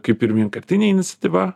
kaip ir vienkartinė iniciatyva